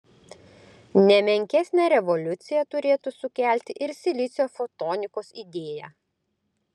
ne menkesnę revoliuciją turėtų sukelti ir silicio fotonikos idėja